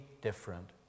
different